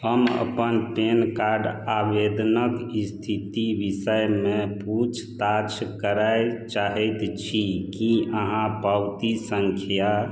हम अपन PAN card आवेदनक स्थिति विषयमे पूछताछ करय चाहैत छी की अहाँ पावती सङ्ख्या